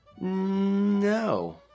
No